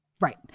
right